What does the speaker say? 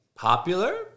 Popular